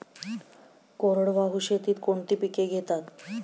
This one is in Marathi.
कोरडवाहू शेतीत कोणती पिके घेतात?